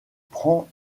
prend